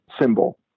symbol